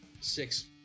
Six